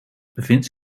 bevindt